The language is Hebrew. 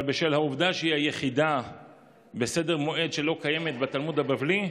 אבל בשל העובדה שהיא היחידה בסדר מועד שלא קיימת בתלמוד הבבלי,